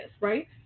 right